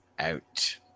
out